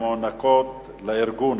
המוענקות לארגון,